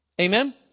Amen